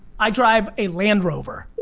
i drive a land rover.